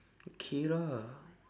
okay lah